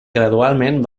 gradualment